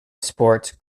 sports